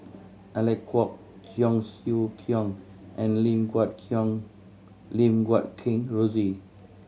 Alec Kuok Cheong Siew Keong and Lim Guat Qiang Lim Guat Kheng Rosie